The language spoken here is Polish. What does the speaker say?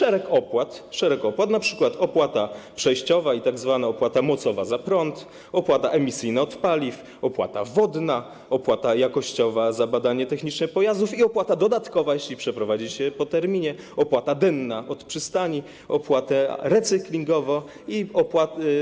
I szereg opłat, np. opłata przejściowa, tzw. opłata mocowa za prąd, opłata emisyjna od paliw, opłata wodna, opłata jakościowa za badanie techniczne pojazdów - i dodatkowa opłata, jeśli przeprowadzi się je po terminie - opłata denna od przystani i opłata recyklingowa.